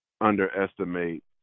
underestimate